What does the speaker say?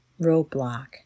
roadblock